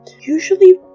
usually